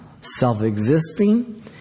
self-existing